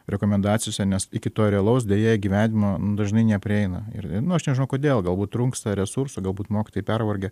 rekomendacijose nes iki to realaus deja įgyvenimo nu dažnai neprieina ir nu aš nežinau kodėl galbūt trūnksta resursų galbūt mokytojai pervargę